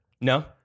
No